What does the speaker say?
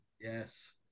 Yes